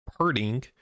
hurting